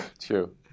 True